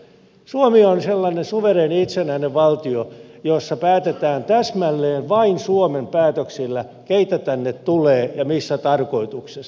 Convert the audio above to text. suomi on sellainen suvereeni itsenäinen valtio jossa päätetään täsmälleen vain suomen päätöksillä keitä tänne tulee ja missä tarkoituksessa